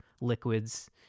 liquids